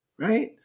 right